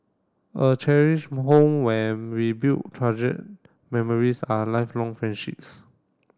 a cherished home where we build treasured memories are lifelong friendships